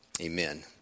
Amen